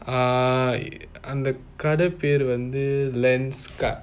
uh அந்த கடை பெயர் வந்துantha kadai paeru vanthu lenskart